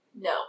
No